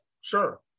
sure